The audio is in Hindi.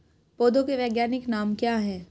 पौधों के वैज्ञानिक नाम क्या हैं?